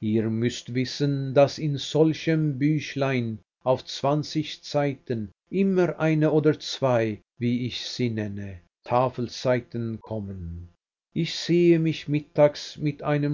ihr müßt wissen daß in solchem büchlein auf zwanzig seiten immer eine oder zwei wie ich sie nenne tafelseiten kommen ich sehe mich mittags mit einem